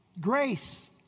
Grace